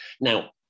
Now